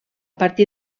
partir